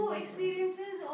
experiences